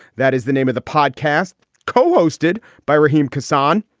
that is the name of the podcast co-hosted by raheem carson.